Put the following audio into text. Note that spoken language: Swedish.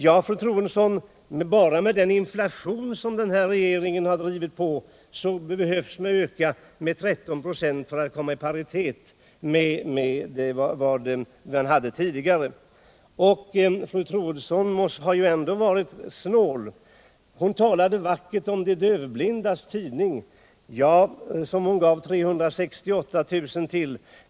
Ja, fru Troedsson, bara med den inflation som den här regeringen har drivit på behöver anslagen till de handikappade öka med 13 96 för att komma i paritet med vad de var tidigare. Och fru Troedsson har ju ändå varit snål. Hon talade vackert om de dövblindas tidning som hon gav 368 000 kr.